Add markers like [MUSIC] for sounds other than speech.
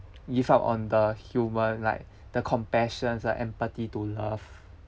give up on the human like [BREATH] the compassion and empathy to love